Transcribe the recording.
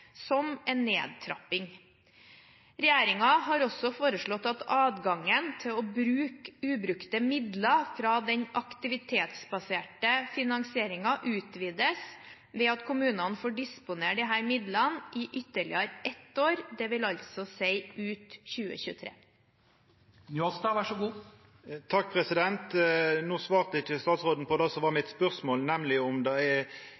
som en nedtrapping. Regjeringen har også foreslått at adgangen til å bruke ubrukte midler fra den aktivitetsbaserte finansieringen utvides, ved at kommunene får disponere disse midlene i ytterligere ett år, dvs. ut 2023. No svarte ikkje statsråden på spørsmålet mitt, nemleg om det at staten endrar spelereglane og kortar inn på